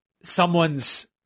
someone's